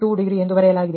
2 degree ಎಂದು ಬರೆಯಲಾಗಿದೆ